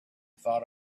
thought